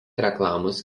reklamos